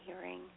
hearing